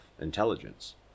intelligence